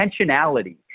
intentionality